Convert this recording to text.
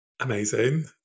Amazing